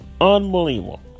Unbelievable